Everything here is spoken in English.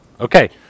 Okay